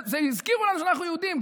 הזכירו לנו שאנחנו יהודים,